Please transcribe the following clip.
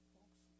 Folks